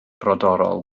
brodorol